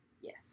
Yes